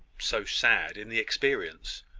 so sad in the experience!